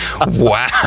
Wow